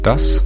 Das